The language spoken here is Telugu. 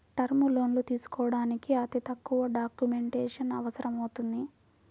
టర్మ్ లోన్లు తీసుకోడానికి అతి తక్కువ డాక్యుమెంటేషన్ అవసరమవుతుంది